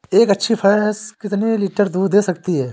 एक अच्छी भैंस कितनी लीटर दूध दे सकती है?